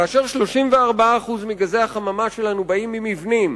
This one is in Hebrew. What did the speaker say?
כאשר 34% מגזי החממה שלנו באים ממבנים,